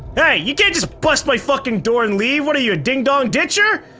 hey, you can't just bust my fucking door and leave. what are your ding dong ditcher?